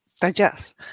digest